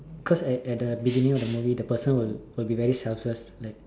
cause at at the beginning of the movie the person will will be very selfless like